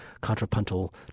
contrapuntal